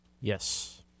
Yes